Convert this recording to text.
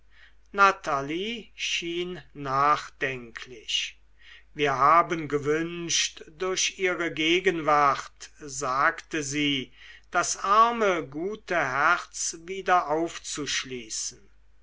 natalie schien nachdenklich wir haben gewünscht durch ihre gegenwart sagte sie das arme gute herz wieder aufzuschließen